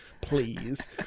please